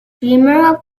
streamer